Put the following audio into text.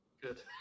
Good